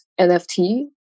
nft